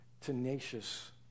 tenacious